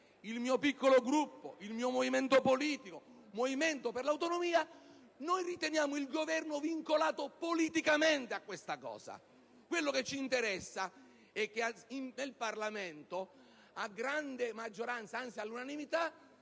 il mio piccolo Gruppo, il mio movimento politico, il Movimento per le Autonomie, noi riteniamo il Governo vincolato politicamente a questo documento. Quanto ci interessa è che in Parlamento, a grande maggioranza, anzi all'unanimità,